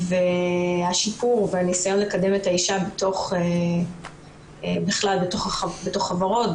השיפור והניסיון לקדם את האישה בכלל בתוך חברות,